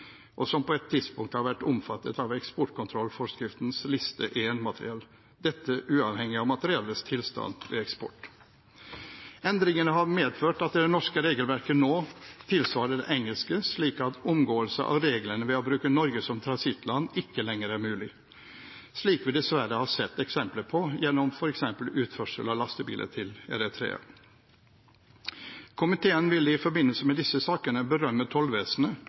og som på et tidspunkt har vært omfattet av eksportkontrollforskriftens liste I-materiell – dette uavhengig av materiellets tilstand ved eksport. Endringene har medført at det norske regelverket nå tilsvarer det engelske, slik at omgåelse av reglene ved å bruke Norge som transittland ikke lenger er mulig, slik vi dessverre har sett eksempler på gjennom f.eks. utførsel av lastebiler til Eritrea. Komiteen vil i forbindelse med disse sakene berømme tollvesenet